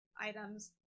items